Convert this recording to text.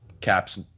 Cap's